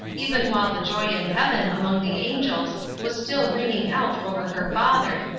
even while the joy in heaven among the angels was still ringing out over her father,